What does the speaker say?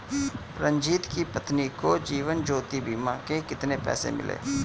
रंजित की पत्नी को जीवन ज्योति बीमा के कितने पैसे मिले?